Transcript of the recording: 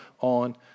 on